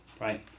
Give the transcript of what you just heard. right